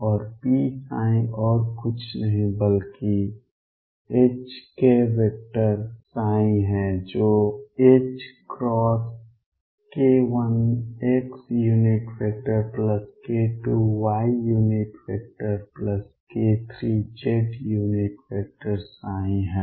और p ψ और कुछ नहीं बल्कि ℏk ψ है जो k1xk2yk3z है